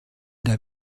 der